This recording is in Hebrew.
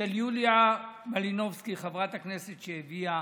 יוליה מלינובסקי, חברת הכנסת שהביאה